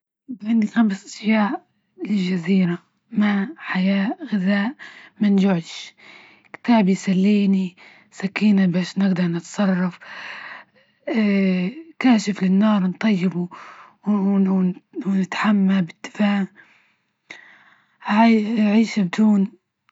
يبقى عندي خمس أشياء للجزيرة، ماء حياء غذاء منجوعش، كتاب يسليني، سكينة باش نقدر نتصرف كاشف للنار نطيبة ونتحمى بالدفا، ع- عيش بدون.